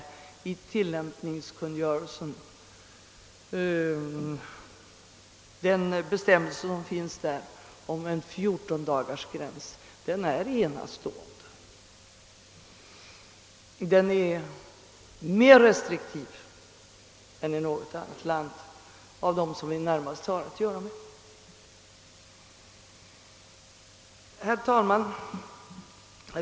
Tillämpningskungörelsens bestämmelse om en 14-dagarsgräns är faktiskt enastående. Den är mer restriktiv än vad som förekommer i något annat land av dem som vi närmast har att göra med. Herr talman!